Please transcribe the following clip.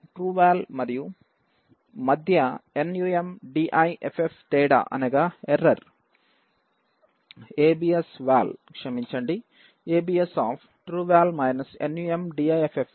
trueVal మరియు మధ్య numDiff తేడా అనగా ఎర్రర్ absval క్షమించండి abs